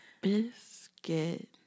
Biscuit